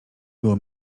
było